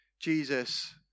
Jesus